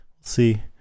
See